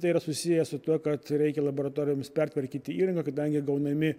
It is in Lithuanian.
tai yra susiję su tuo kad reikia laboratorijoms pertvarkyti įrangą kadangi gaunami